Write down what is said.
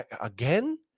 again